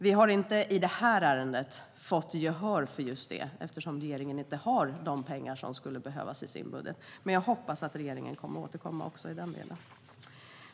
Vi har inte i det här ärendet fått gehör för just detta eftersom regeringen inte har de pengar som skulle behövas i sin budget, men jag hoppas att regeringen kommer att återkomma också i den delen.